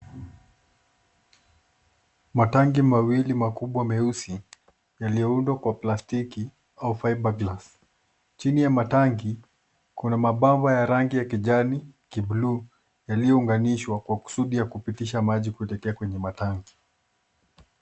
Matanki mawili makubwa meusi, yalioundwa kwa plastiki, au fiber glass . Chini ya matanki, kuna mabomba ya rangi ya kijani, ki blue yaliounganishwa, kwa kusudi ya kupitisha maji kuelekea kwenye matanki.